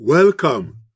Welcome